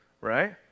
right